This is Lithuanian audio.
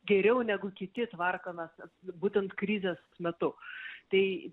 geriau negu kiti tvarkomės būtent krizės metu tai